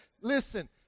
Listen